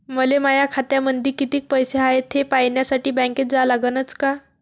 मले माया खात्यामंदी कितीक पैसा हाय थे पायन्यासाठी बँकेत जा लागनच का?